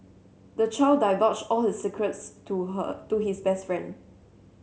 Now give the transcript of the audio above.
the child divulged all his secrets to her to his best friend